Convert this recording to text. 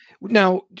now